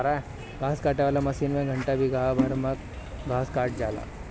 घास काटे वाला मशीन से घंटा में बिगहा भर कअ घास कटा जाला